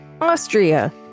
Austria